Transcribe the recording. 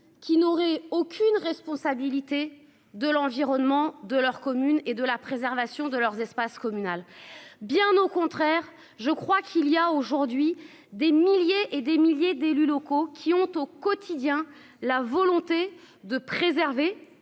qui n'aurait aucune responsabilité de l'environnement de leur commune et de la préservation de leurs espaces communal. Bien au contraire, je crois qu'il y a aujourd'hui des milliers et des milliers d'élus locaux qui ont au quotidien la volonté de préserver